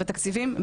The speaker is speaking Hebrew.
בתקציבים,